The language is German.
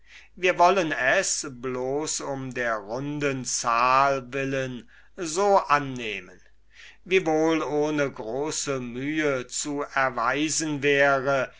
wir wollen es bloß um der runden zahl willen so annehmen wiewohl ohne große mühe zu erweisen wäre